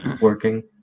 working